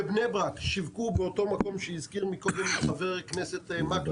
בבני ברק שיווקו באותו מקום שהזכיר מקודם ח"כ מקלב,